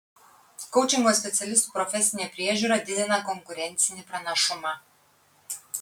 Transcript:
koučingo specialistų profesinė priežiūra didina konkurencinį pranašumą